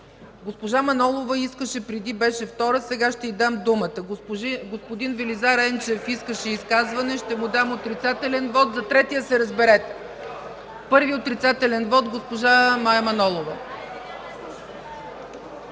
госпожа Манолова искаше думата преди, беше втора, сега ще й дам думата. Господин Велизар Енчев искаше изказване, ще му дам отрицателен вот. За третия се разберете. Първи отрицателен вот – госпожа Мая Манолова.